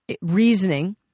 reasoning